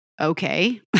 okay